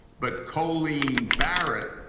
but colleen barrett,